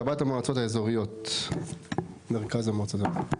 קב"ט המועצות האזוריות, מרכז המועצות האזוריות.